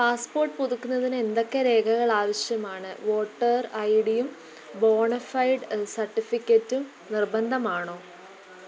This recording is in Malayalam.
പാസ്പോട്ട് പുതുക്കുന്നതിന് എന്തൊക്കെ രേഖകൾ ആവശ്യമാണ് വോട്ടർ ഐ ഡിയും ബോണഫൈഡ് സർട്ടിഫിക്കറ്റും നിർബന്ധമാണോ